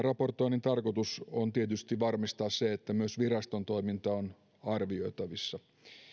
raportoinnin tarkoitus on tietysti varmistaa se että myös viraston toiminta on arvioitavissa